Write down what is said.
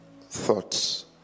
thoughts